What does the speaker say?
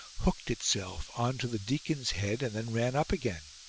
hooked itself on to the deacon's head, and then ran up again.